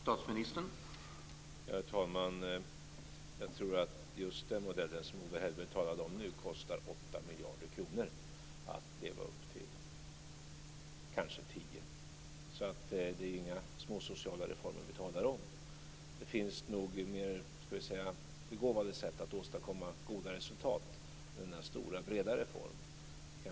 Herr talman! Jag tror att just den modell som Owe Hellberg nu talade om kostar 8 miljarder eller kanske upp till 10 miljarder kronor att leva upp till. Det är alltså inga små sociala reformer som vi talar om. Det finns nog - låt mig säga så - mera begåvade sätt att åstadkomma goda resultat än med denna stora och breda reform.